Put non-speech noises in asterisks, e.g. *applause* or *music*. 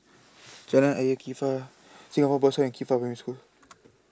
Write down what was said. *noise* Jalan Ayer Qifa Singapore Boys and Qifa Primary School